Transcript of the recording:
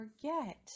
forget